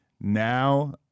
now